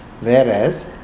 whereas